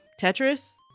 Tetris